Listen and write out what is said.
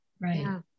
Right